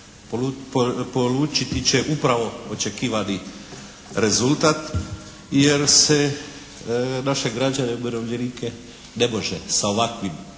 Polučiti će upravo očekivani rezultat jer se naše građane umirovljenike ne može sa ovakvim